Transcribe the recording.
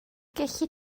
gellid